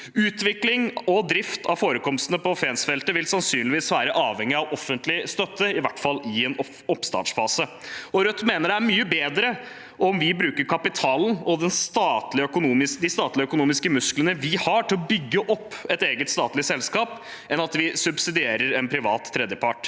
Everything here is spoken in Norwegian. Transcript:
Utvikling og drift av forekomstene på Fensfeltet vil sannsynligvis være avhengig av offentlig støtte, i hvert fall i en oppstartsfase. Rødt mener det er mye bedre om vi bruker kapitalen og de statlige økonomiske musklene vi har, til å bygge opp et eget statlig selskap enn at vi subsidierer en privat tredjepart.